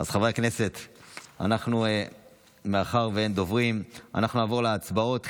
חברי הכנסת, מאחר שאין דוברים, נעבור להצבעות.